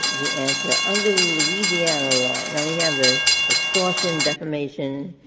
the answer, under the louisiana law and and we have the extortion, defamation,